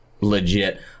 Legit